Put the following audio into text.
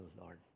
Lord